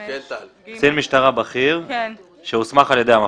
קצין משטרה בכיר שהוסמך על ידי המפכ"ל.